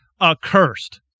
accursed